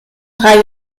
drei